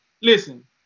listen